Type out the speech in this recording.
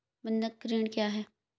बंधक ऋण क्या है?